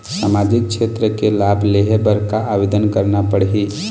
सामाजिक क्षेत्र के लाभ लेहे बर का आवेदन करना पड़ही?